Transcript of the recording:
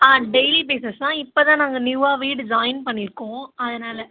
ஆ daily basis தான் இப்போ தான் நாங்கள் நியூவாக வீடு ஜாயின் பண்ணியிருக்கோம் அதனால்